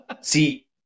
See